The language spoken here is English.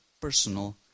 personal